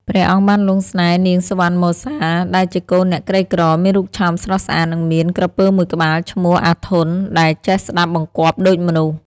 ព្រះអង្គបានលង់ស្នេហ៍នាងសុវណ្ណមសា ដែលជាកូនអ្នកក្រីក្រ មានរូបឆោមស្រស់ស្អាត និងមានក្រពើមួយក្បាលឈ្មោះ អាធន់ ដែលចេះស្ដាប់បង្គាប់ដូចមនុស្ស។